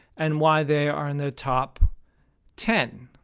and why they are in the top ten.